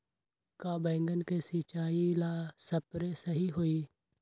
का बैगन के सिचाई ला सप्रे सही होई?